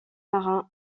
marins